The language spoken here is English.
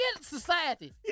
society